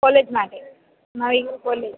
college માટે college